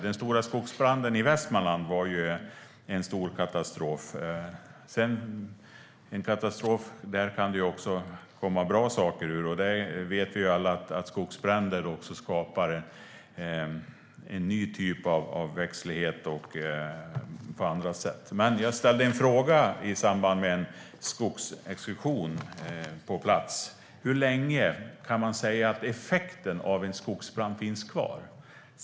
Den stora skogsbranden i Västmanland var en stor katastrof. Men det kan också komma bra saker ur en katastrof. Vi vet alla att skogsbränder även skapar en ny typ av växtlighet och annat. Jag ställde en fråga i samband med en skogsexkursion på plats: Hur länge kan man säga att effekten av en skogsbrand finns kvar?